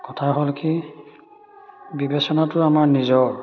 কথা হ'ল কি বিবেচনাটো আমাৰ নিজৰ